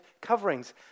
coverings